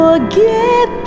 Forget